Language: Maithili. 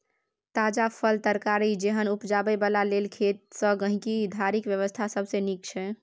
ताजा फल, तरकारी जेहन उपजाबै बला लेल खेत सँ गहिंकी धरिक व्यवस्था सबसे नीक छै